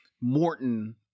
Morton